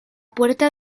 puerta